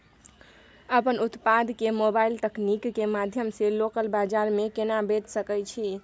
अपन उत्पाद के मोबाइल तकनीक के माध्यम से लोकल बाजार में केना बेच सकै छी?